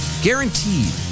guaranteed